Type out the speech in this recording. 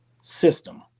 system